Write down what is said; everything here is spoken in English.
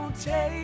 Take